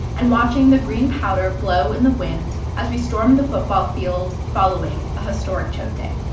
and watching the green powder blow in the wind as we stormed the football field following a historic choate day.